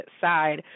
side